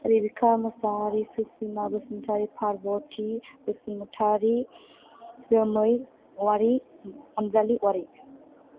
Rebecca Musahari Susima Basumatari Parbati Basumatari Jomai Wary Anjali Wary